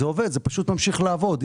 זה עובד, זה פשוט ממשיך לעבוד.